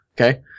Okay